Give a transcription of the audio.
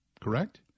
correct